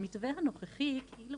במתווה הנוכחי, כאילו